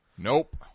Nope